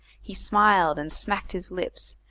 he smiled and smacked his lips,